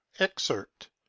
excerpt